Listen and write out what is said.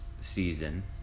season